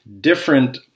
different